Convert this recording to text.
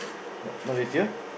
not not with you